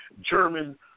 German